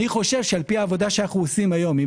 אני חושב שעם העבודה שאנו עושים היום עם